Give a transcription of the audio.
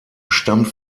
stammt